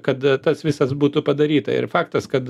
kad tas visas būtų padaryta ir faktas kad